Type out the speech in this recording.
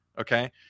Okay